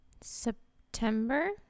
september